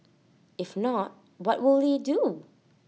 if not what will they do